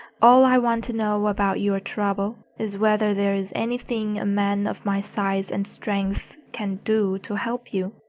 all i want to know about your trouble is whether there is anything a man of my size and strength can do to help you.